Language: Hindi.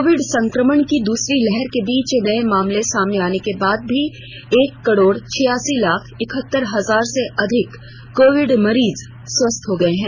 कोविड संक्रमण की दूसरी लहर के बीच नए मामले सामने आने के बाद भी एक करोड़ छियासी लाख इकहत्तर हजार से अधिक कोविड मरीज स्वस्थ हो गए हैं